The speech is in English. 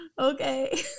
okay